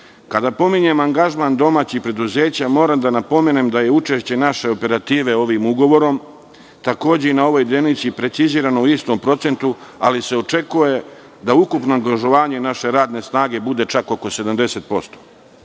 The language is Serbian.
pominjem angažman domaćih preduzeća, moram da napomenem da je učešće naše operative ovim ugovorom takođe i na ovoj deonici precizirano u istom procentu, ali se očekuje da ukupno angažovanje naše radne snage bude čak oko